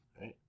right